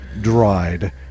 dried